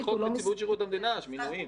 זה חוק נציבות שירות המדינה (מינויים).